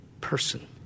person